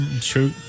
True